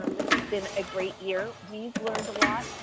um this has been a great year. we've learned a lot.